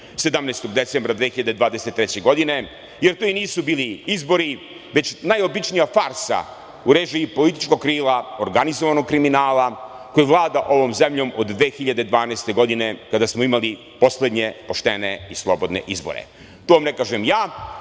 17. decembra 2023. godine, jer to i nisu bili izbori, već najobičnija farsa u režiji političkog krila, organizovanog kriminala koji vlada ovom zemljom od 2012. godine kada smo imali poslednje poštene i slobodne izbore. To ne kažem ja,